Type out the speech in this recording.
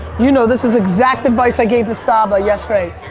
you know this is exact advice i gave to saba yesterday.